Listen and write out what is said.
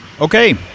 Okay